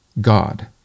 God